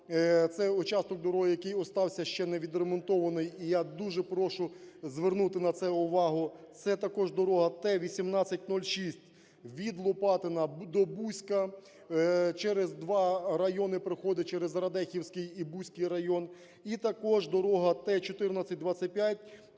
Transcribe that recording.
це участок дороги, який остався ще не відремонтований і я дуже прошу звернути на це увагу. Це також дорога Т 1806 від Лопатина до Буська, через два райони проходить: через Радехівський і Буський район. І також дорога Т 1425